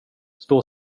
stå